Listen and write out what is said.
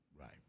Right